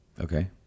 Okay